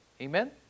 Amen